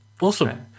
Awesome